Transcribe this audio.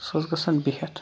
سُہ اوس گژھان بِہِتھ